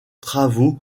travaux